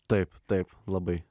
taip taip labai